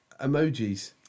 emojis